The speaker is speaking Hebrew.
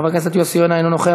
חבר הכנסת יוסי יונה, אינו נוכח.